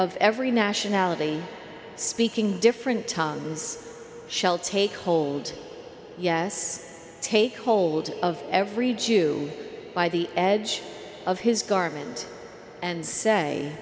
of every nationality speaking different tongues shall take hold yes take hold of every jew by the edge of his garment and say